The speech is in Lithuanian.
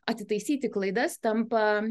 atitaisyti klaidas tampa